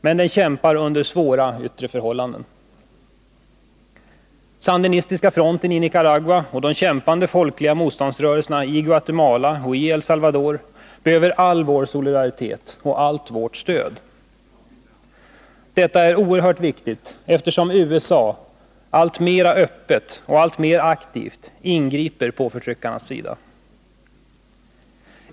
Men den kämpar under svåra yttre förhållanden. Sandinistiska fronten i Nicaragua och de kämpande folkliga motståndsrörelserna i Guatemala och i El Salvador behöver all vår solidaritet och allt vårt stöd. Detta är oerhört viktigt, eftersom USA alltmer öppet och alltmer aktivt ingriper på förtryckarnas sida.